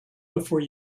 before